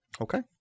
Okay